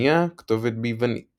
השנייה כתובת ביוונית